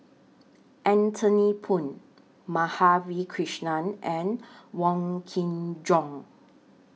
Anthony Poon Madhavi Krishnan and Wong Kin Jong